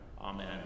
Amen